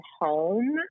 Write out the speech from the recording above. home